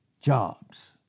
jobs